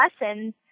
lessons